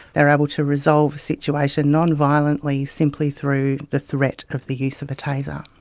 they are able to resolve a situation non-violently, simply through the threat of the use of a taser.